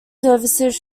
services